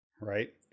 right